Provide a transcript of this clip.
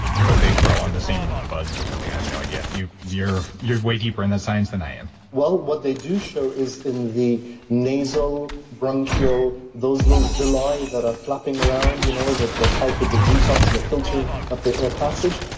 they grow on the same buds or something. i have no idea you. you're you're way deeper in the science than i am well, what they do show is in the nasal, bronchial, those little villi that are flapping around, you know that that helped with the detox and the filtering of the air passage.